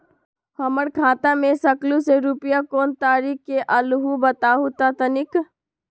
हमर खाता में सकलू से रूपया कोन तारीक के अलऊह बताहु त तनिक?